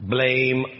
Blame